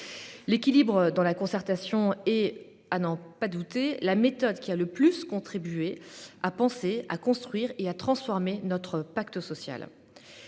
L'équilibre dans la concertation est, à n'en pas douter, la méthode qui a le plus contribué à penser, à construire et à transformer notre pacte social.